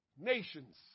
nations